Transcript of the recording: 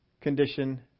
condition